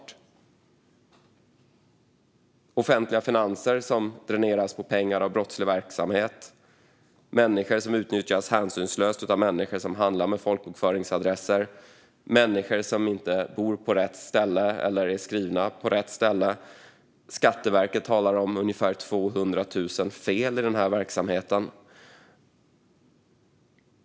Det är offentliga finanser som dräneras på pengar av brottslig verksamhet, människor som utnyttjas hänsynslöst av personer som handlar med folkbokföringsadresser och människor som inte bor på eller är skrivna på rätt ställe. Skatteverket talar om ungefär 200 000 fel i verksamheten.